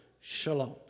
Shalom